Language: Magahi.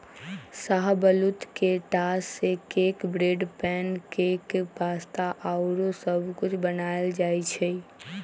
शाहबलूत के टा से cake, bread, pancake, pasta आउरो सब कुछ बनायल जाइ छइ